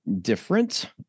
different